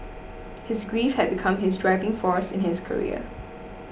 his grief had become his driving force in his career